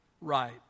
right